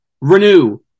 renew